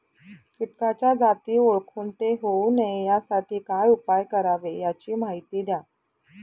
किटकाच्या जाती ओळखून ते होऊ नये यासाठी काय उपाय करावे याची माहिती द्या